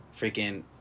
freaking